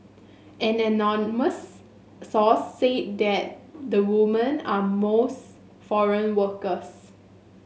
an anonymous source say that the woman are most foreign workers